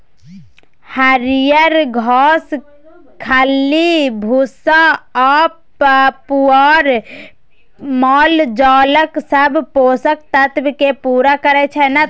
हरियर घास, खल्ली भुस्सा आ पुआर मालजालक सब पोषक तत्व केँ पुरा करय छै